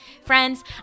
Friends